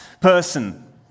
person